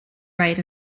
right